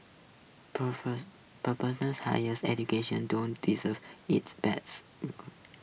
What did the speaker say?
highers education don't deserve its bad